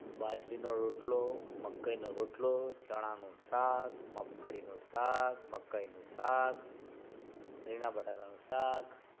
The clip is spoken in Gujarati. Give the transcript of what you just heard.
બાજરીનો રોટલો મકાઈનો રોટલો ચણાનું શાક મગફળીનું શાક મકાઈનું શાક રીંગણાં બટાકાનું શાક